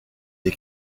des